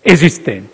esistenti.